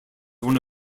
one